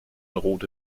rote